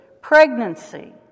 pregnancy